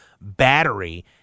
battery